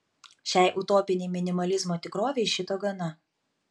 šiai utopinei minimalizmo tikrovei šito gana